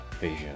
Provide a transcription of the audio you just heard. vision